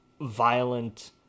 violent